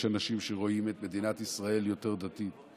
ויש אנשים שרואים את מדינת ישראל יותר דתית.